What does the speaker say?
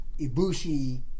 Ibushi